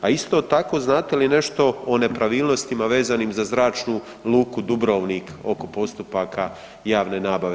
A isto tako, znate li nešto o nepravilnostima vezanim za Zračnu luku Dubrovnik oko postupaka javne nabave?